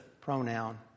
pronoun